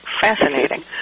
fascinating